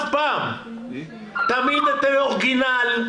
תמיד א האורגינל.